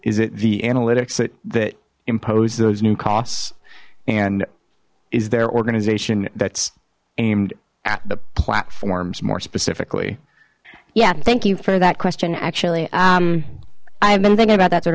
is it the analytics that that impose those new costs and is there organization that's aimed at the platform's more specifically yeah thank you for that question actually um i've been thinking about that sort